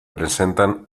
presentan